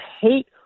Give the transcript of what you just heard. hate